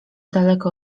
daleko